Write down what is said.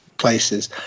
places